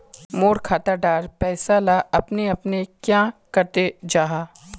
मोर खाता डार पैसा ला अपने अपने क्याँ कते जहा?